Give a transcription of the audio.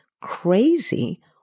crazy